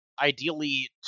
Ideally